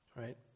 right